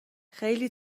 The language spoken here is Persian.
خیلی